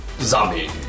Zombie